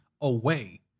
away